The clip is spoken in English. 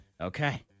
Okay